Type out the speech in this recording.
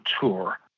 tour